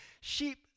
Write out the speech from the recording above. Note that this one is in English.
Sheep